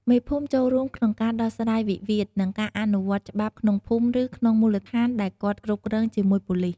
មេភូមិចួលរួមក្នុងការដោះស្រាយវិវាទ និងការអនុវត្តច្បាប់ក្នុងភូមិឬ ក្នុងមូលដ្ឋានដែលគាត់គ្រប់គ្រង់ជាមួយប៉ូលីស។